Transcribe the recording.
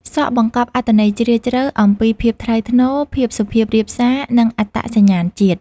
សក់បង្កប់អត្ថន័យជ្រាលជ្រៅអំពីភាពថ្លៃថ្នូរ ភាពសុភាពរាបសារ និងអត្តសញ្ញាណជាតិ។